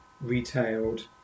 retailed